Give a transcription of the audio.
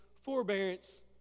forbearance